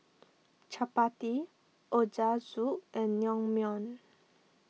Chapati Ochazuke and Naengmyeon